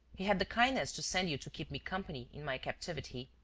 he had the kindness to send you to keep me company in my captivity.